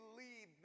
lead